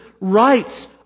rights